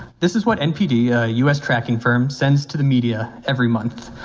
this is what npd, a us tracking firm sends to the media every month.